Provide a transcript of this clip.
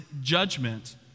judgment